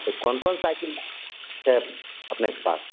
तऽ कोन कोन साइकिल छै अपनेके पास